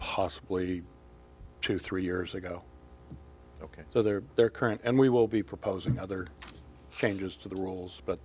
possibly two three years ago ok so they're there current and we will be proposing other changes to the rules